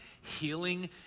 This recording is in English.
healing